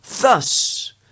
thus